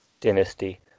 dynasty